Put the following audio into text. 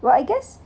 what I guess